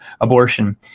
abortion